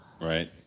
Right